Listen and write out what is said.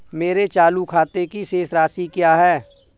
मेरे चालू खाते की शेष राशि क्या है?